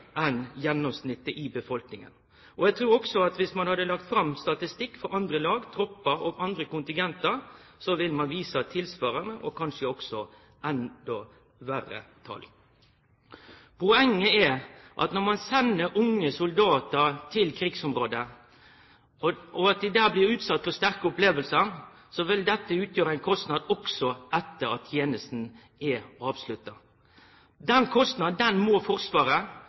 enn gjennomsnittet i befolkninga. Eg trur også at om ein hadde lagt fram statistikk for andre lag, troppar og kontingentar, ville det vise tilsvarande og kanskje også endå høgare tal. Poenget er at når ein sender unge soldatar til krigsområde, og dei der blir utsette for sterke opplevingar, vil dette utgjere ein kostnad også etter at tenesta er avslutta. Den kostnaden må Forsvaret og samfunnet ta på alvor. Ein må